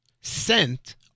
sent